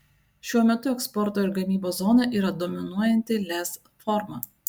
šiuo metu eksporto ir gamybos zona yra dominuojanti lez forma